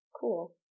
cool